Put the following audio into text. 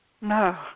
no